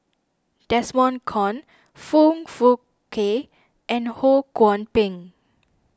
Desmond Kon Foong Fook Kay and Ho Kwon Ping